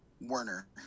warner